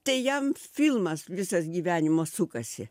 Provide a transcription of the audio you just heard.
tai jam filmas visas gyvenimo sukasi